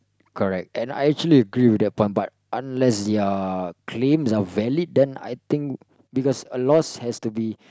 correct and I actually agree with that front part unless your claims are valid then I think because a loss has to be